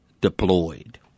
Deployed